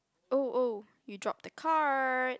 oh oh you dropped the card